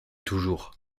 toujours